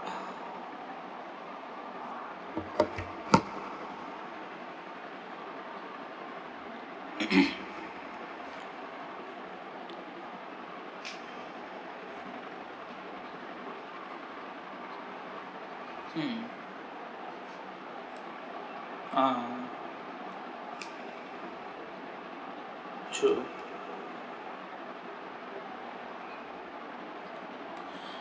hmm ah true